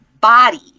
body